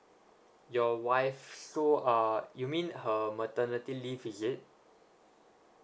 your wife so uh you mean her maternity leave is it